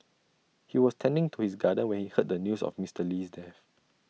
he was tending to his garden when he heard the news of Mister Lee's death